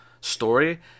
story